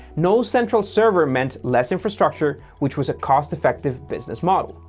no central server meant less infrastructure, which was a cost-effective business model.